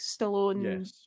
Stallone